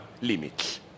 limits